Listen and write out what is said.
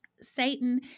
Satan